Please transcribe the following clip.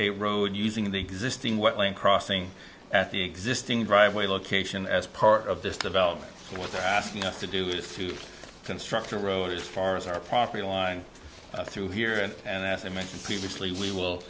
a road using the existing wetland crossing at the existing driveway location as part of this development what they're asking us to do is to construct a road as far as our property line through here and as i mentioned previously we will